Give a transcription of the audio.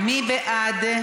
מי בעד?